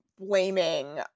blaming